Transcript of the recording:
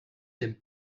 dem